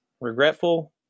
Regretful